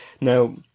now